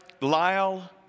Lyle